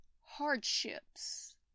hardships